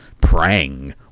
Prang